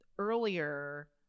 Earlier